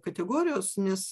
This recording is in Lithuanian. kategorijos nes